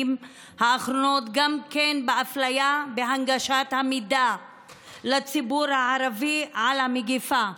האחרונות גם באפליה בהנגשת המידע לציבור הערבי על המגפה.